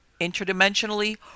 interdimensionally